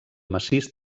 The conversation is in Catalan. massís